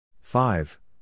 five